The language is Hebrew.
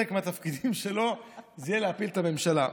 אחד מהתפקידים שלו הוא להפיל את הממשלה.